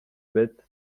bête